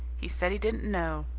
he said he didn't know!